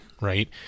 right